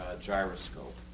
gyroscope